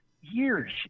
Years